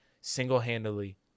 single-handedly